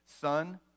Son